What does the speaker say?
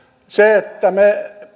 se että me